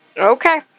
okay